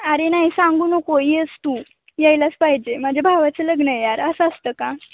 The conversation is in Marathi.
अरे नाही सांगू नको येस तू यायलाच पाहिजे माझ्या भावाचं लग्न आहे यार असं असतं का